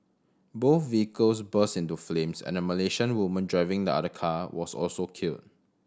both vehicles burst into flames and a Malaysian woman driving the other car was also killed